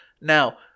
Now